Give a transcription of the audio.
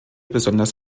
besonders